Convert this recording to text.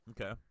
Okay